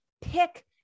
pick